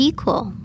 Equal